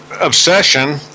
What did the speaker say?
obsession